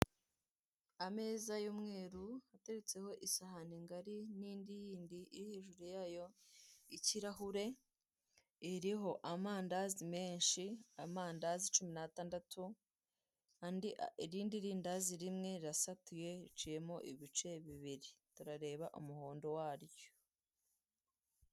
Ameza y'umweru, ateretseho isahani ngari, n'indi yindi iri hejuru yayo, ikirahure, iriho amandazi menshi, amandazi cumi n'atandatu, irindi rindazi rimwe rirasatuye, riciyemo ibice bibiri. Turareba umuhondo waryo.